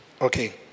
Okay